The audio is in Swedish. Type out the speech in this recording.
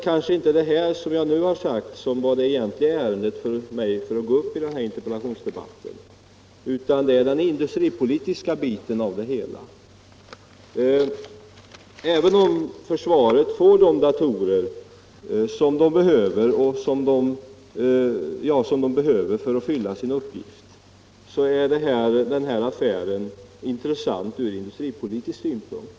Vad jag nu sagt var inte den egentliga anledningen till att jag begärde ordet i denna interpellationsdebatt utan det var den industripolitiska aspekten. Vid sidan av att försvaret får de datorer som de behöver för att fullgöra sina uppgifter är denna fråga också intressant ur industripolitisk synpunkt.